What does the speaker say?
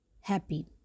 Happy